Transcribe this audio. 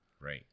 Right